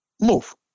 Move